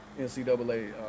NCAA